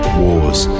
wars